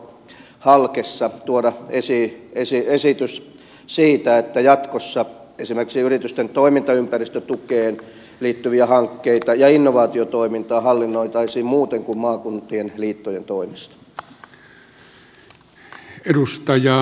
aiotaanko halkessa tuoda esitys siitä että jatkossa esimerkiksi yritysten toimintaympäristötukeen liittyviä hankkeita ja innovaatiotoimintaa hallinnoitaisiin muuten kuin maakuntien liittojen toimesta